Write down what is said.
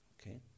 Okay